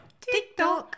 TikTok